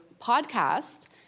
podcast